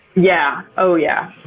yeah, oh yeah.